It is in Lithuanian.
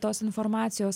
tos informacijos